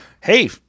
Hey